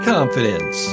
Confidence